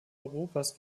europas